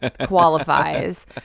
qualifies